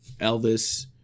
Elvis